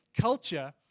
Culture